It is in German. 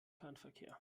fernverkehr